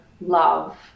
love